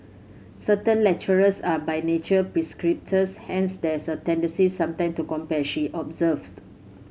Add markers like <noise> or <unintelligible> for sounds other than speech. certain lecturers are by nature <unintelligible> hence there's a tendency sometime to compare she observed